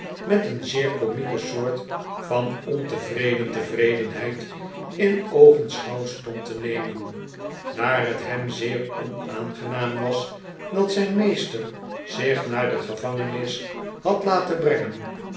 met een zeer komieke soort van ontevreden tevredenheid in oogenschouw stond te nemen daar het hem zeer onaangenaam was dat zijn meester zich naar de gevangenis had laten brengen